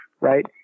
right